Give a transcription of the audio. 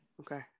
Okay